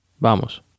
Vamos